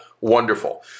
wonderful